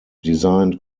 designed